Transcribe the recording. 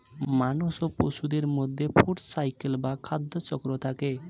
মানুষ এবং পশুদের মধ্যে ফুড সাইকেল বা খাদ্য চক্র থাকে